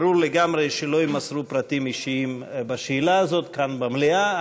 ברור לגמרי שלא יימסרו פרטים אישיים בשאלה הזאת כאן במליאה,